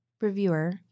reviewer